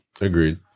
Agreed